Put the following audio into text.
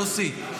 יוסי,